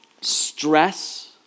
stress